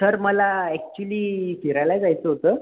sir मला actually फिरायला जायचं होतं